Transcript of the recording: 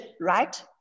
right